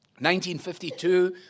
1952